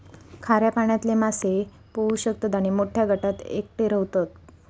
खाऱ्या पाण्यातले मासे पोहू शकतत आणि मोठ्या गटात एकटे रव्हतत